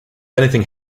anything